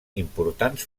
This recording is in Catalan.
importants